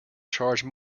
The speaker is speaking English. charge